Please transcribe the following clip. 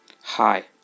Hi